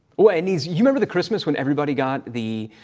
well it needs, you remember the christmas when everybody got the